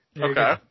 Okay